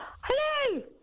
Hello